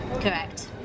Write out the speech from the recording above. Correct